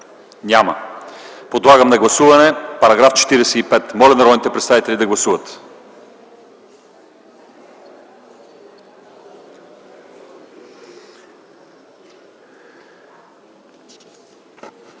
Няма. Подлагам на гласуване § 45. Моля, народните представители да гласуват.